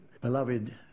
beloved